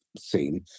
seen